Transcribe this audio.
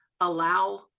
allow